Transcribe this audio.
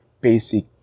basic